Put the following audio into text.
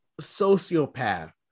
sociopath